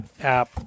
app